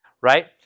Right